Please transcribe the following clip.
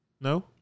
No